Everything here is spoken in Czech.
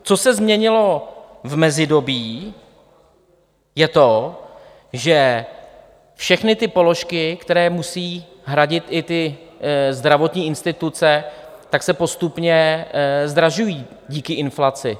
Co se změnilo v mezidobí, je to, že všechny ty položky, které musí hradit i ty zdravotní instituce, tak se postupně zdražují díky inflaci.